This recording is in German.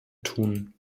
tun